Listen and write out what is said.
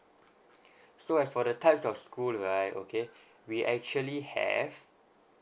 so as for the types of school right okay we actually have